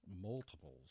multiples